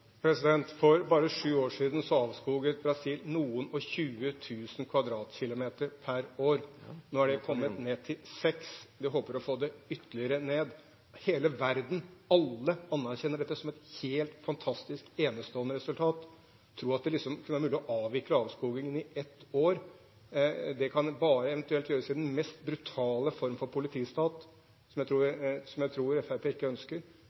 For bare sju år siden avskoget Brasil noen og tjue tusen kvadratkilometer per år – nå er det kommet ned til 6 000. Vi håper å få det ytterligere ned. Hele verden, alle, anerkjenner dette som et helt fantastisk, enestående resultat. Å tro at det kan være mulig å avvikle avskogingen på ett år: Det kan eventuelt bare gjøres i den mest brutale form for politistat – som jeg ikke tror